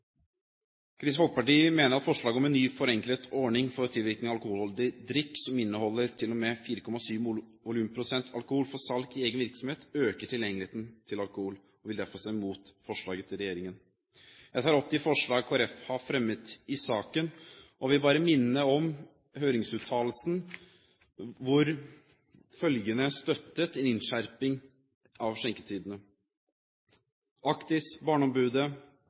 Kristelig Folkeparti mener at forslaget om en ny forenklet ordning for tilvirking av alkoholholdig drikk som inneholder til og med 4,7 volumprosent alkohol for salg i egen virksomhet øker tilgjengeligheten til alkohol, og vil derfor stemme imot forslaget fra regjeringen. Jeg vil bare minne om høringsuttalelsen hvor følgende støttet en innskjerping av skjenketidene: Actis, Barneombudet,